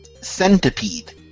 Centipede